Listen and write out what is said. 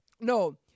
no